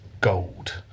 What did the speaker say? gold